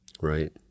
Right